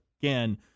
again